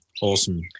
Awesome